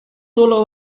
solo